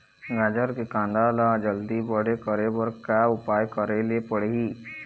गाजर के कांदा ला जल्दी बड़े करे बर का उपाय करेला पढ़िही?